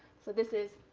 so this is